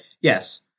yes